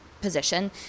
position